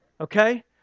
Okay